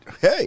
Hey